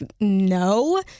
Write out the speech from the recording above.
no